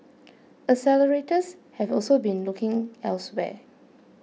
accelerators have also been looking elsewhere